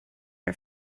are